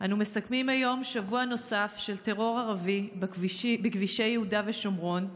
אנחנו מסכמים היום שבוע נוסף של טרור ערבי בכבישי יהודה ושומרון,